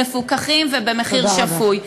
מפוקחים ובמחיר שפוי.